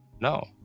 No